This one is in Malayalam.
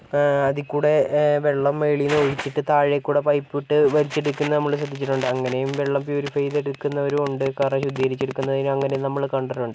അതിൽ കൂടെ വെള്ളം മുകളിൽ നിന്ന് ഒഴിച്ചിട്ട് താഴേക്കൂടെ പൈപ്പ് ഇട്ട് വലിച്ചെടുക്കുന്നത് നമ്മള് ശ്രദ്ധിച്ചിട്ടുണ്ട് അങ്ങനെയും വെള്ളം പ്യൂരിഫൈ ചെയ്ത് എടുക്കുന്നവരും ഉണ്ട് കാരണം ശുദ്ധീകരിച്ച് എടുക്കുന്നത് അങ്ങനെ നമ്മള് കണ്ടിട്ടുണ്ട്